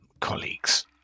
colleagues